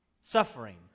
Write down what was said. suffering